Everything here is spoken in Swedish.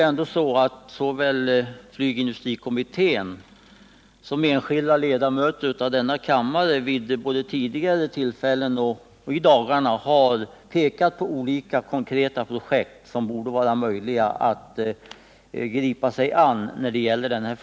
Men såväl flygindustrikommittén som enskilda ledamöter av denna kammare har både vid tidigare tillfällen och i dagarna pekat på olika konkreta projekt som det borde vara möjligt att gripa sig an här.